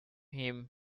him